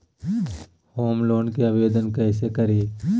Home loan के आवेदन कैसे करि?